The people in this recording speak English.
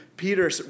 Peter